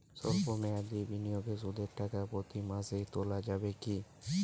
সল্প মেয়াদি বিনিয়োগে সুদের টাকা প্রতি মাসে তোলা যাবে কি?